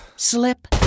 Slip